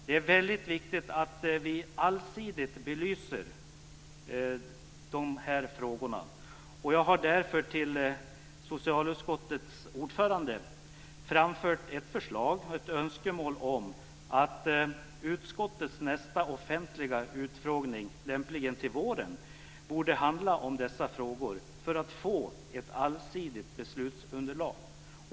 Det är viktigt att vi allsidigt belyser dessa frågor. Jag har därför till socialutskottets ordförande framfört ett förslag och ett önskemål om att utskottets nästa offentliga utfrågning, lämpligen till våren, bör handla om dessa frågor för att vi ska få ett allsidigt beslutsunderlag.